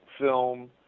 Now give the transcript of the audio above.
film